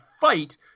fight